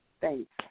Thanks